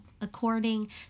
according